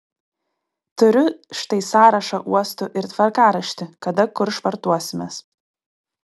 turiu štai sąrašą uostų ir tvarkaraštį kada kur švartuosimės